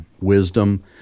wisdom